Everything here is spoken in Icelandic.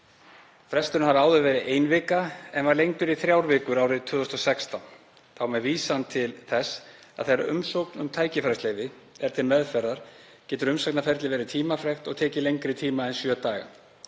Fresturinn hafi áður verið ein vika en var lengdur í þrjár vikur árið 2016, þá með vísan til þess að þegar umsókn um tækifærisleyfi er til meðferðar getur umsagnarferlið verið tímafrekt og tekið lengri tíma en sjö daga.